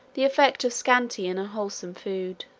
the effect of scanty and unwholesome food.